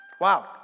Wow